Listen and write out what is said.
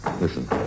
Listen